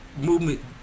movement